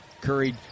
Curry